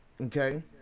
Okay